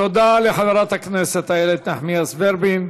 תודה לחברת הכנסת איילת נחמיאס ורבין.